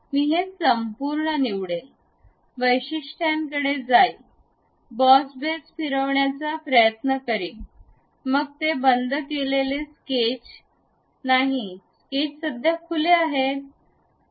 मी हे संपूर्ण निवडेल वैशिष्ट्यांकडे जाईन बॉस बेस फिरवण्याचा प्रयत्न करीन मग ते बंद केलेले स्केच नाही स्केच सध्या खुले आहे